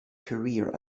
career